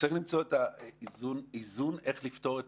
צריך למצוא את האיזון איך לפתור את